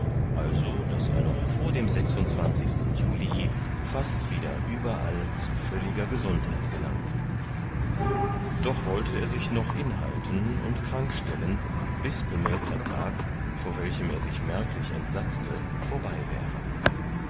also daß er noch vor dem juli fast wieder überall zu völliger gesundheit gelangte doch wollte er sich noch inhalten und krank stellen bis bemeldter tag vor welchem er sich merklich entsatzte vorbei wäre